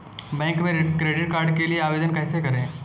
Bank में credit card के लिए आवेदन कैसे करें?